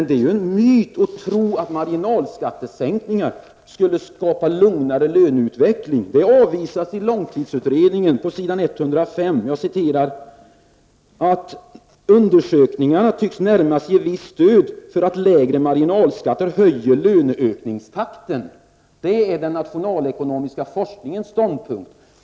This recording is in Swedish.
Det är en myt att tro att marginalskattesänkningar skulle skapa en lugnare löneutveckling. Det avvisas av långtidsutredningen på s. 105, där man skriver: ''Undersökningarna tycks närmast ge visst stöd för att lägre marginalskatter höjer löneökningstakten.'' Det är den nationalekonomiska forskningens ståndpunkt.